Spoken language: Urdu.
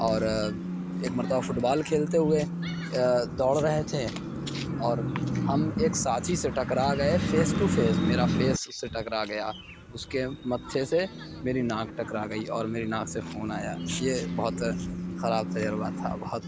اور ایک مرتبہ فٹ بال کھیلتے ہوئے دوڑ رہے تھے اور ہم ایک ساتھی سے ٹکرا گئے فیس ٹو فیس میرا فیس اس سے ٹکرا گیا اس کے متھے سے میری ناک ٹکرا گئی اور میری ناک سے خون آیا یہ بہت خراب تجربہ تھا بہت